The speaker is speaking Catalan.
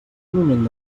moment